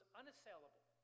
unassailable